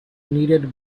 needed